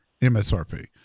msrp